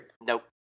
Nope